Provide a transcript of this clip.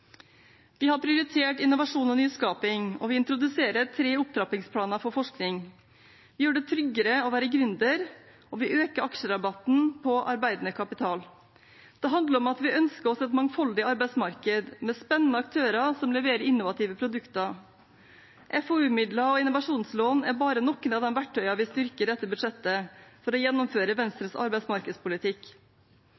Vi har prioritert innovasjon og nyskaping. Vi introduserer tre opptrappingsplaner for forskning, gjør det tryggere å være gründer, og vi øker aksjerabatten på arbeidende kapital. Det handler om at vi ønsker oss et mangfoldig arbeidsmarked, med spennende aktører som leverer innovative produkter. FoU-midler og innovasjonslån er bare noen av de verktøyene vi styrker dette budsjettet med for å gjennomføre